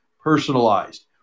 personalized